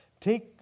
take